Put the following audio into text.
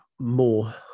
more